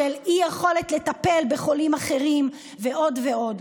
של אי-יכולת לטפל בחולים אחרים ועוד ועוד.